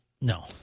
No